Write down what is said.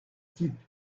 type